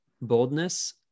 boldness